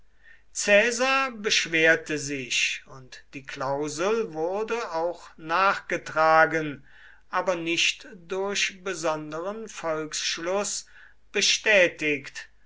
caesar beschwerte sich und die klausel wurde auch nachgetragen aber nicht durch besonderen volksschluß bestätigt